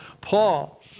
Paul